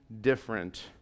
different